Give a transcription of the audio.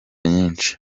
nyinshi